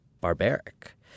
barbaric